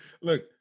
look